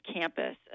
campus